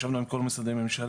ישבנו עם כל משרדי הממשלה,